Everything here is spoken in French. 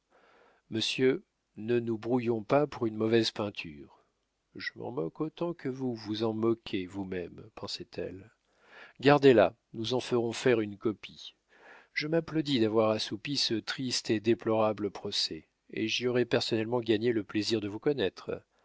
monsieur ne nous brouillons pas pour une mauvaise peinture je m'en moque autant que vous vous en moquez vous-même pensait-elle gardez-la nous en ferons faire une copie je m'applaudis d'avoir assoupi ce triste et déplorable procès et j'y aurai personnellement gagné le plaisir de vous connaître